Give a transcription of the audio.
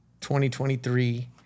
2023